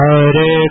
Hare